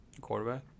quarterback